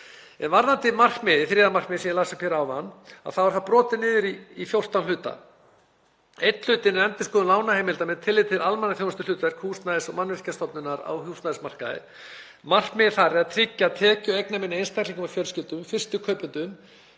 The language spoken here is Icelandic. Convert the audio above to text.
Varðandi markmiðið, þriðja markmiðið sem ég las upp hér áðan, þá er það brotið niður í 14 hluta. Einn hlutinn er endurskoðun lánaheimilda með tilliti til almannaþjónustuhlutverks Húsnæðis- og mannvirkjastofnunar á húsnæðismarkaði. Markmiðið þar er að tryggja tekju- og eignaminni einstaklingum og fjölskyldum, fyrstu kaupendum,